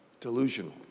Delusional